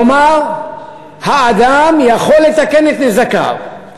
כלומר האדם יכול לתקן את נזקיו.